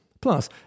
Plus